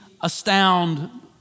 astound